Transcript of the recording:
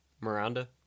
Miranda